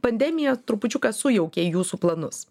pandemija trupučiuką sujaukė jūsų planus